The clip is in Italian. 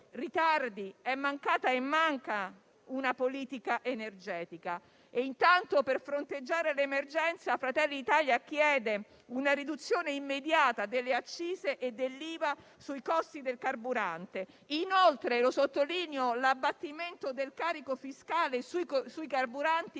è mancata e manca una politica energetica. Intanto, per fronteggiare l'emergenza Fratelli d'Italia chiede una riduzione immediata delle accise e dell'IVA sui costi del carburante. Inoltre - lo sottolineo - l'abbattimento del carico fiscale sui carburanti